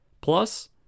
Plus